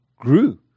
grew